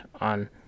on